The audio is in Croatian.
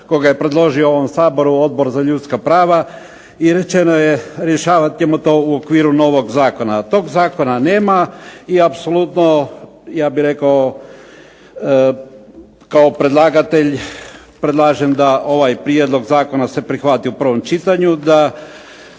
kojeg je predložio ovom Saboru Odbor za ljudska prava i rečeno je rješavat ćemo to u okviru novog zakona. Tog zakona nema i apsolutno ja bih rekao kao predlagatelj predlažem da ovaj prijedlog zakona se prihvati u prvom čitanju, da